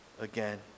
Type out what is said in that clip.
again